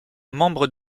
membres